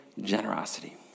generosity